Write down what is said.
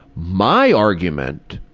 my argument,